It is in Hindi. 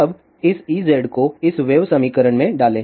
अब इस Ez को इस वेव समीकरण में डालें